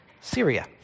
Syria